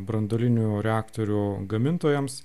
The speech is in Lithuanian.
branduolinių reaktorių gamintojam